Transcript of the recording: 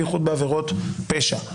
בייחוד בעבירות פשע,